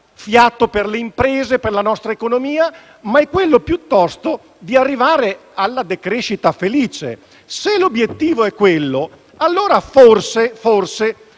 fiato per le imprese e per la nostra economia, ma è quella piuttosto di arrivare alla decrescita felice. Se l'obiettivo è quello, allora forse ha